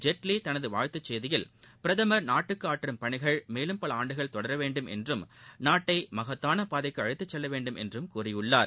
ஜேட்லி தனது வாழ்த்துச் செய்தியில் பிரதமர் நாட்டுக்கு ஆற்றும் நற்பணிகள் மேலும் பல ஆண்டுகள் தொடரவேண்டும் என்றும் நாட்டை மகத்தான பாதைக்கு அழழத்து செல்லவேண்டும் என்றும் கூறியுள்ளார்